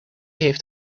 heeft